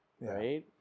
right